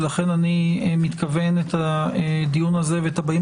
ולכן אני מתכוון את הדיון הזה ואת הבאים